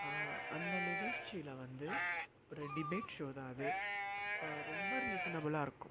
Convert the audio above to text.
அந்த நிகழ்ச்சியில் வந்து ஒரு டிபேட் ஷோ தான் அது ரொம்ப ரீசனபலாக இருக்கும்